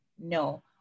No